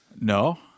No